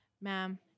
ma'am